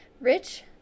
Rich